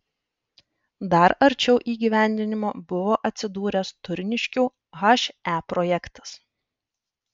dar arčiau įgyvendinimo buvo atsidūręs turniškių he projektas